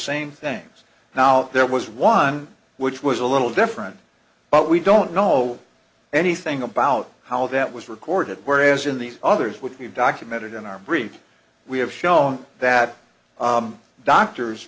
same things now there was one which was a little different but we don't know anything about how that was recorded whereas in these others would be documented in our brief we have shown that doctors